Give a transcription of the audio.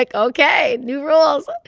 like ok, new rules.